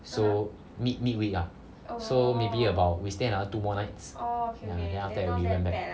so mid mid week ah so maybe about we stay another two more nights then after that we went back